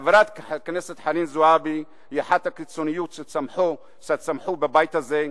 חברת הכנסת חנין זועבי היא אחת הקיצוניות שצמחו בבית הזה.